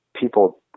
people